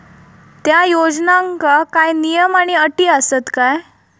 त्या योजनांका काय नियम आणि अटी आसत काय?